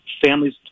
families